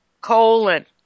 colon